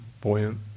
Buoyant